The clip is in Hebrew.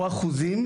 או אחוזים,